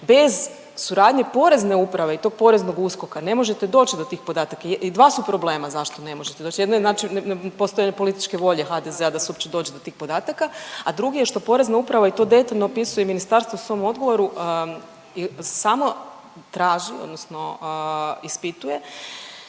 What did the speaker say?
Bez suradnje Porezne uprave i tog Poreznog USKOK-a ne možete doći do tih podataka. Dva su problema zašto ne možete doći. Jedno je znači nepostojanje političke volje HDZ-a da se uopće dođe do tih podataka, a drugi je što Porezna uprava i to detaljno opisuje i ministarstvo u svom odgovoru samo traži, odnosno ispituje